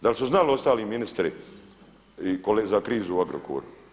Da li su znali ostali ministri za krizu u Agrokoru?